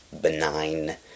benign